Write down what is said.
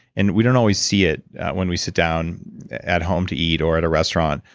and we don't always see it when we sit down at home to eat or at a restaurant,